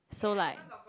so like